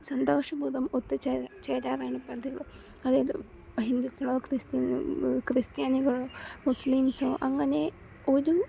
സന്തോഷപൂർവം ഒത്തുചേർ ചേരാറാണ് പതിവ് അതായത് ഹിന്ദുക്കളോ ക്രിസ്ത്യൻ ക്രിസ്താനികളോ മുസ്ലിംസോ അങ്ങനെ ഒരു